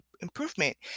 improvement